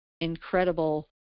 incredible